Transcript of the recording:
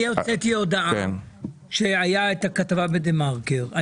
אני הוצאתי הודעה שהיה את הכתבה בדה-מרקר.